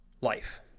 life